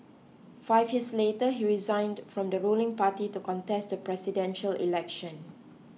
five years later he resigned from the ruling party to contest the Presidential Election